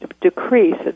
decrease